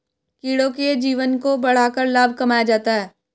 कीड़ों के जीवन को बढ़ाकर लाभ कमाया जाता है